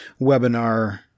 webinar